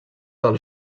del